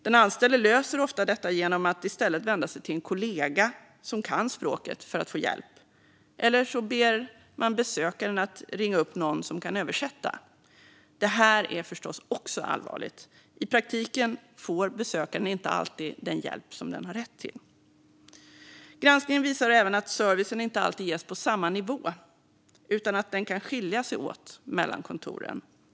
Den anställde löser ofta detta genom att i stället vända sig till en kollega som kan språket för att få hjälp, eller så ber man besökaren att ringa upp någon som kan översätta. Det här är förstås också allvarligt. I praktiken får ju besökare inte alltid den hjälp som de har rätt till. Granskningen visar även att servicen inte alltid ges på samma nivå utan att den kan skilja sig åt mellan kontoren.